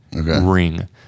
ring